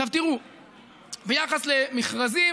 ביחס למכרזים,